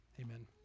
Amen